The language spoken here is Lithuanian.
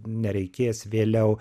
nereikės vėliau